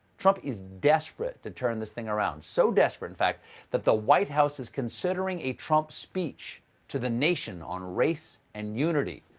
trump is desperate to turn this thing around, so desperate, that the white house is considering a trump speech to the nation on race and unity.